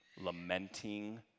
lamenting